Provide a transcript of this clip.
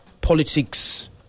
politics